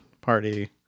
party